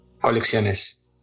colecciones